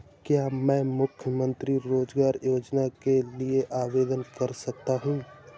क्या मैं मुख्यमंत्री रोज़गार योजना के लिए आवेदन कर सकता हूँ?